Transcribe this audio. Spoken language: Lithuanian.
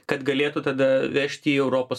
kad galėtų tada vežti į europos